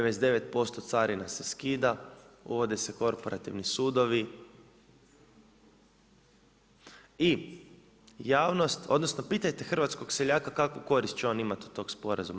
99% carina se skida, uvode se korporativni sudovi i javnost, odnosno pitajte hrvatskog seljaka kakvu korist će on imati od tog sporazuma.